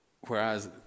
whereas